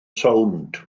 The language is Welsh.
sownd